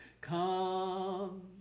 Come